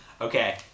Okay